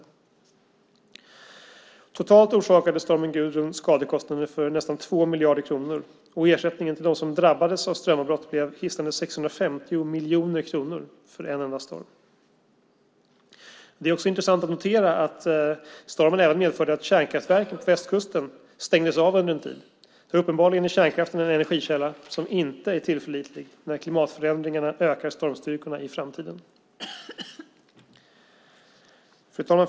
Totalt orsakade stormen Gudrun skador till en kostnad av nästan 2 miljarder kronor. Ersättningen till dem som drabbades av strömavbrott uppgick till det hisnande beloppet 650 miljoner kronor - detta för en enda storm! Det är också intressant att notera att stormen även medförde att kärnkraftverket på västkusten under en tid stängdes av. Uppenbarligen är kärnkraften en energikälla som inte är tillförlitlig när klimatförändringarna i framtiden gör att stormstyrkan ökar. Fru talman!